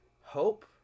hope